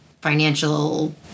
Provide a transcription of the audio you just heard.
financial